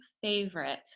favorite